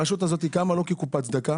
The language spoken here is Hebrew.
הרשות הזאת קמה לא כקופת צדקה